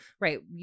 right